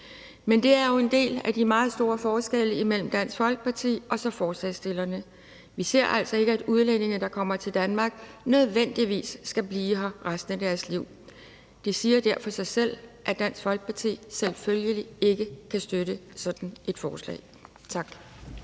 Men det er jo en del af de meget store forskelle mellem Dansk Folkeparti og forslagsstillerne. Vi ser altså ikke, at udlændinge, der kommer til Danmark, nødvendigvis skal blive her resten af deres liv. Det siger derfor sig selv, at Dansk Folkeparti selvfølgelig ikke kan støtte sådan et forslag. Tak.